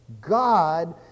God